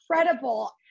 incredible